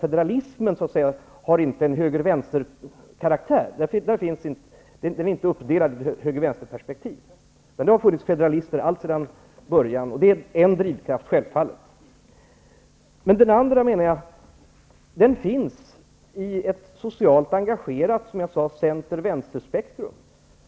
Federalismen har inte en höger och vänsterkaraktär. Den är inte uppdelad i höger och vänsterperspektiv. Det har funnits federalister alltsedan början. Det är självfallet en drivkraft. En annan drivkraft, menar jag, finns i ett socialt engagerat center--vänster-spektrum.